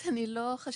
ממונע.